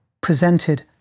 presented